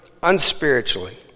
unspiritually